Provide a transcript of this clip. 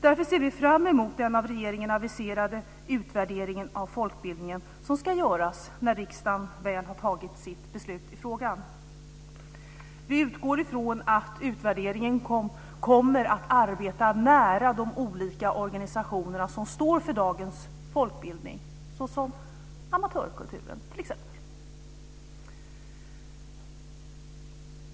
Därför ser vi fram emot den av regeringen aviserade utvärderingen av folkbildningen som ska göras när riksdagen väl har tagit sitt beslut i frågan. Vi utgår från att utvärderingen kommer att arbeta nära de olika organisationer som står för dagens folkbildning, t.ex. amatörkulturen.